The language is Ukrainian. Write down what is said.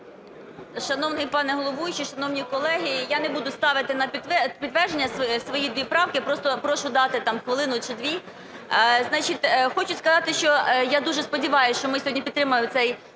Шановний пане головуючий, шановні колеги, я не буду ставити на підтвердження свої дві правки, просто прошу дати хвилину чи дві. Значить, хочу сказати, що я дуже сподіваюсь, що ми сьогодні підтримаємо цей